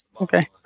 Okay